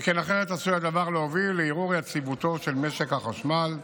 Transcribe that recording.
שכן אחרת עשוי הדבר להוביל לערעור יציבותו של משק החשמל,